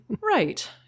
Right